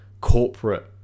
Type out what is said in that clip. corporate